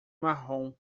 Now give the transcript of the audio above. marrom